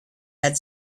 had